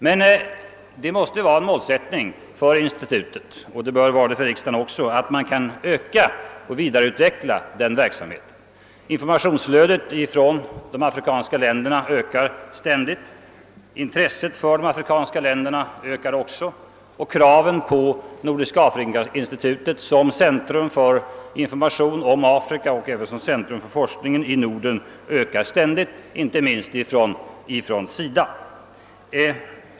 Det måste emellertid vara en målsättning för institutet att öka och vidareutveckla verksamheten. Informationsflödet från de afrikanska länderna ökar ständigt. Intresset för de afrikanska länderna ökar också, och kraven på Nordiska afrikainstitutet som centrum för informationen om Afrika och även som centrum för forskningen på området i Norden blir ständigt större, inte minst från SIDA.